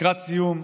לקראת סיום,